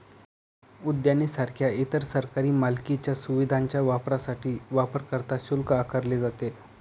उद्याने सारख्या इतर सरकारी मालकीच्या सुविधांच्या वापरासाठी वापरकर्ता शुल्क आकारले जाते